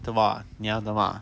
做么你要做么